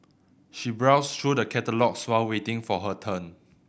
she browsed through the catalogues while waiting for her turn